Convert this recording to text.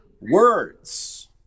words